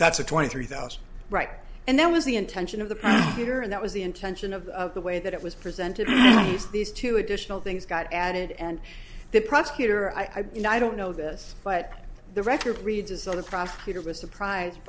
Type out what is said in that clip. that's a twenty three thousand right and that was the intention of the theater and that was the intention of the way that it was presented as these two additional things got added and the prosecutor i mean i don't know this but the record reads as though the prosecutor was surprised